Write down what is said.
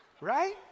right